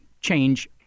change